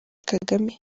kagame